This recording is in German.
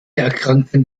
erkrankten